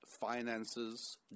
finances